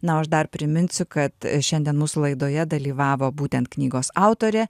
na o aš dar priminsiu kad šiandien mūsų laidoje dalyvavo būtent knygos autorė